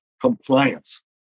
compliance